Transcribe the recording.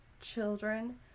children